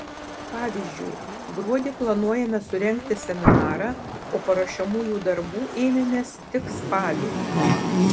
pavyzdžiui gruodį planuojame surengti seminarą o paruošiamųjų darbų ėmėmės tik spalį